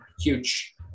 huge